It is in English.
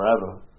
forever